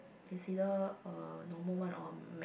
it's either a normal one or a mac